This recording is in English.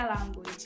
language